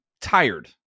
tired